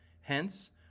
Hence